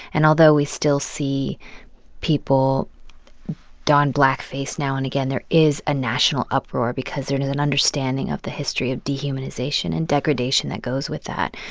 and although we still see people don blackface now and again, there is a national uproar because there is an understanding of the history of dehumanization and degradation that goes with that.